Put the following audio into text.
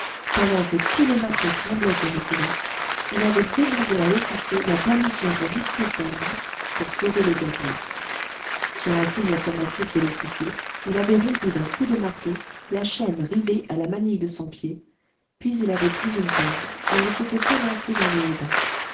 pendant que tous les matelots tremblaient et reculaient il avait demandé à l'officier la permission de risquer sa vie pour sauver le gabier sur un signe affirmatif de l'officier il avait rompu d'un coup de marteau la chaîne rivée à la manille de son pied puis il avait pris une corde et il s'était élancé dans les haubans